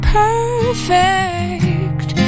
perfect